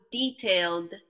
detailed